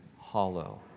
hollow